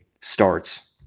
starts